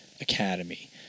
Academy